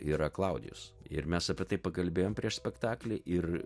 yra klaudijus ir mes apie tai pakalbėjom prieš spektaklį ir